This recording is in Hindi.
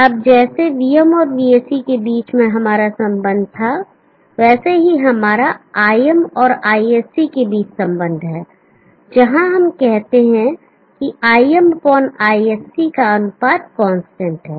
अब जैसे vm और voc के बीच हमारा संबंध था वैसे ही हमारा Im और ISC के बीच संबंध हैं जहां हम कहते हैं कि Im ISC का अनुपात कांस्टेंट है